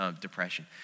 depression